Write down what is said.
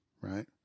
right